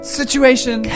situation